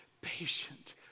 patient